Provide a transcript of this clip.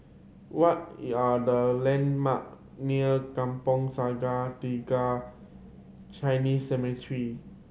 what are the landmark near Kampong Sungai Tiga Chinese Cemetery